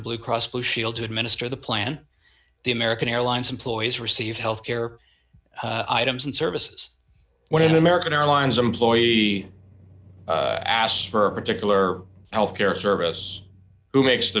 blue cross blue shield to administer the plan the american airlines employees receive health care items and services when american airlines employee asks for a particular health care service who makes the